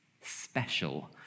special